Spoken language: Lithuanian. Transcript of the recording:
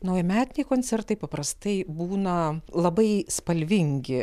naujametiniai koncertai paprastai būna labai spalvingi